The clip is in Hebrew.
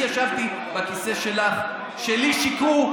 אני ישבתי בכיסא שלך כשלי שיקרו.